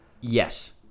Yes